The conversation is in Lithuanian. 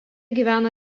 gyvena